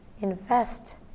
invest